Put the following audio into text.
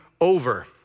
over